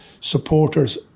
supporters